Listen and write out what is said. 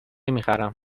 میخرم